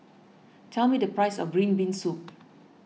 tell me the price of Green Bean Soup